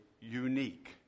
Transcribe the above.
unique